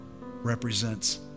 represents